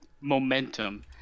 momentum